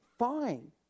Fine